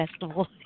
Festival